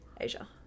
Asia